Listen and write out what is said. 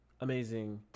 amazing